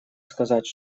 сказать